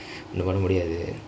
வர முடியாது:vara mudiyaathu